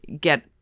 get